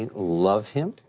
ah love him.